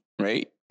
right